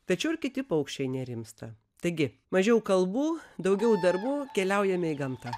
tačiau ir kiti paukščiai nerimsta taigi mažiau kalbų daugiau darbų keliaujame į gamtą